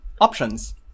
options